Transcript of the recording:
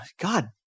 God